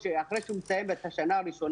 ואחרי שהוא מצליח ומסיים את השנה הראשונה,